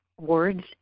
words